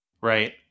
right